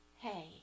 hey